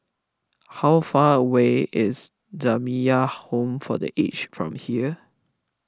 how far away is Jamiyah Home for the Aged from here